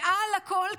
מעל הכול,